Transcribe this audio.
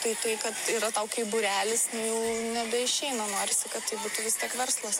tai tai kad yra tau kaip būrelis jau nebeišeina norisi kad tai būtų vis tiek verslas